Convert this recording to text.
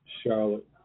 Charlotte